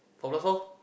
four plus four